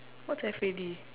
what's F A D